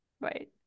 Right